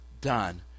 done